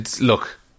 Look